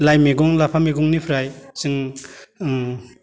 लाइै मेगं लाफा मैगंनिफ्राय जों